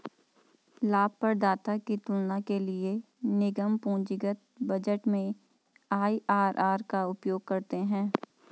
लाभप्रदाता की तुलना के लिए निगम पूंजीगत बजट में आई.आर.आर का उपयोग करते हैं